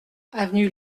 avenue